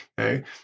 Okay